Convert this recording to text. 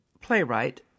playwright